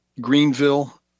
Greenville